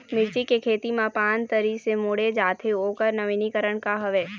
मिर्ची के खेती मा पान तरी से मुड़े जाथे ओकर नवीनीकरण का हवे?